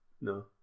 no